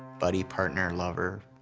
buddy, partner, lover,